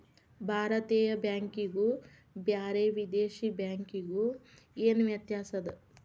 ಭಾರತೇಯ ಬ್ಯಾಂಕಿಗು ಬ್ಯಾರೆ ವಿದೇಶಿ ಬ್ಯಾಂಕಿಗು ಏನ ವ್ಯತ್ಯಾಸದ?